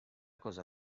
cosa